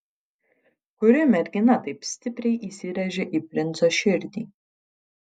kuri mergina taip stipriai įsirėžė į princo širdį